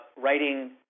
writing